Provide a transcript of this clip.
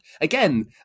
Again